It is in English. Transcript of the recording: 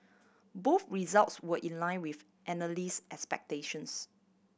both results were in line with analyst expectations